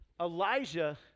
Elijah